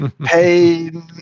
pain